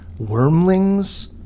wormlings